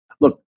look